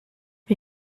wie